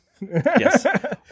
Yes